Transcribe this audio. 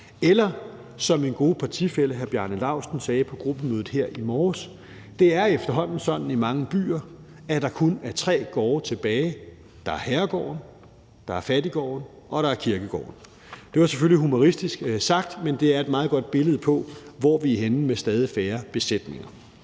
eller som min gode partifælle hr. Bjarne Laustsen sagde på gruppemødet her i morges: Det er efterhånden sådan i mange byer, at der kun er tre gårde tilbage – der er herregården, der er fattiggården, og der er kirkegården. Det var selvfølgelig humoristisk sagt, men det er et meget godt billede på, hvor vi er henne med stadig færre besætninger.